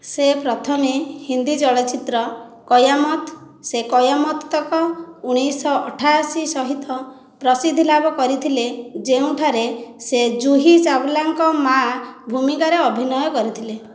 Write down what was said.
ସେ ପ୍ରଥମେ ହିନ୍ଦୀ ଚଳଚ୍ଚିତ୍ର କୟାମତ୍ ସେ କୟାମତ୍ ତକ ଉଣେଇଶି ଶହ ଅଠାଅଶୀ ସହିତ ପ୍ରସିଦ୍ଧ ଲାଭ କରିଥିଲେ ଯେଉଁଠାରେ ସେ ଜୁହି ଚାୱଲାଙ୍କ ମାଆ ଭୂମିକାରେ ଅଭିନୟ କରିଥିଲେ